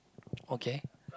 okay